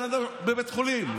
הבן אדם היה בבית חולים.